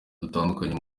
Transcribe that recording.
dutandukanye